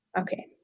Okay